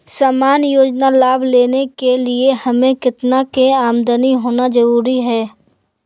सामान्य योजना लाभ लेने के लिए हमें कितना के आमदनी होना जरूरी है?